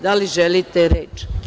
Da li želite reč?